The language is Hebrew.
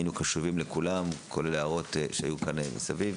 היינו קשובים לכולם, כולל הערות שהיו כאן מסביב.